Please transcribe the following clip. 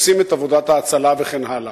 עושים את עבודת ההצלה וכן הלאה.